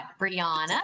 Brianna